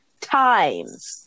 times